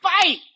fight